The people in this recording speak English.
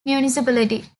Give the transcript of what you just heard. municipality